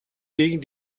gegen